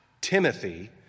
Timothy